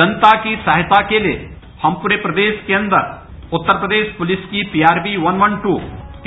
जनता की सहायता के लिए हम पूरे प्रदेश के अन्दर उत्तर प्रदेश पुलिस की पीआस्वी वन वन दू